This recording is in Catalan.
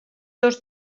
dos